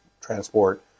transport